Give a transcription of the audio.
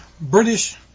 British